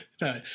No